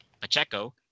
Pacheco